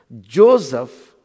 Joseph